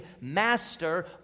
master